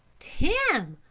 tim,